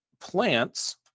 plants